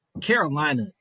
Carolina